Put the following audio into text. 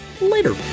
later